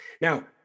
Now